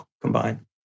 combined